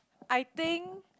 I think